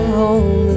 home